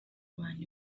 imana